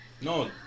No